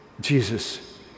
Jesus